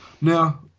Now